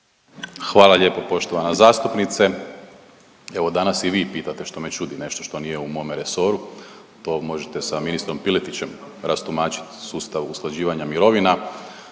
Hvala lijepo poštovana zastupnice. Evo danas i vi pitate što me čudi nešto što nije u mome resoru. To možete sa ministrom Piletićem rastumačiti sustav usklađivanja mirovina.